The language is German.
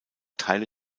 teile